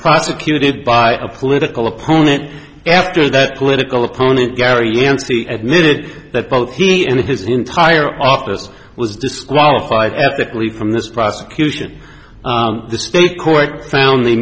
prosecuted by a political opponent after that political opponent gary yancey admitted that both he and his entire office was disqualified ethically from this prosecution the state court f